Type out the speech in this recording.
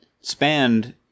spanned